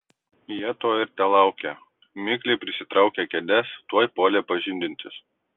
jie to ir telaukė mikliai prisitraukę kėdes tuoj puolė pažindintis